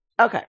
Okay